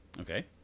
Okay